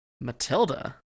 Matilda